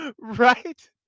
right